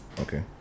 Okay